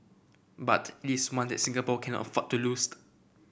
but it is one that Singapore cannot afford to loosed